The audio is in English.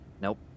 Nope